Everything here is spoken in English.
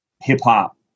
hip-hop